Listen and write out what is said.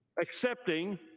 accepting